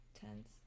tense